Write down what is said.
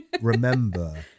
remember